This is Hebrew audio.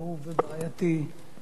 בעייתי וחמור.